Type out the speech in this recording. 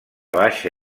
baixa